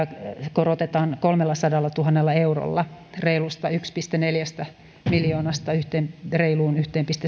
korotetaan kolmellasadallatuhannella eurolla reilusta yhdestä pilkku neljästä miljoonasta reiluun yhteen